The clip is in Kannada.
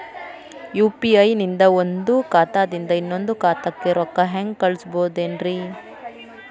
ಯು.ಪಿ.ಐ ನಿಂದ ಒಂದ್ ಖಾತಾದಿಂದ ಇನ್ನೊಂದು ಖಾತಾಕ್ಕ ರೊಕ್ಕ ಹೆಂಗ್ ಕಳಸ್ಬೋದೇನ್ರಿ?